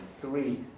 three